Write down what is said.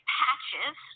patches